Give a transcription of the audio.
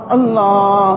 Allah